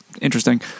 interesting